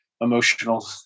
emotional